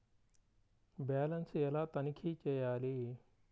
Balance ఎలా తనిఖీ చేయాలి?